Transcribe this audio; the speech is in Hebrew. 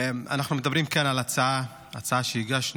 אנחנו מדברים כאן על הצעה שהגשנו